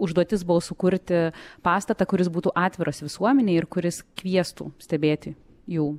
užduotis buvo sukurti pastatą kuris būtų atviras visuomenei ir kuris kviestų stebėti jų